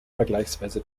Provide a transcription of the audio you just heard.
vergleichsweise